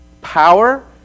power